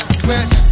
switch